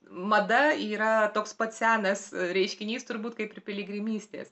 mada yra toks pat senas reiškinys turbūt kaip ir piligrimystės